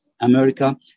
America